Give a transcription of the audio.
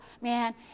Man